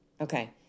Okay